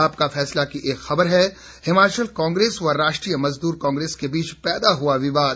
आपका फैसला की एक खबर है हिमाचल कांग्रेस व राष्ट्रीय मजदूर कांग्रेस के बीच पैदा हुआ विवाद